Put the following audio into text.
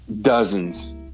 dozens